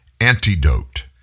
Antidote